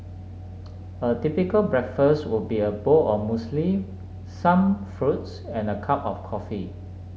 a typical breakfast would be a bowl of Muesli some fruits and a cup of coffee